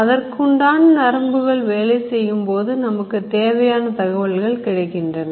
அதற்குண்டான நரம்புகள் வேலை செய்யும்போது நமக்கு தேவையான தகவல்கள் கிடைக்கின்றன